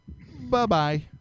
Bye-bye